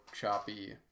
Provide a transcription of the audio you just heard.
choppy